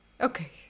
Okay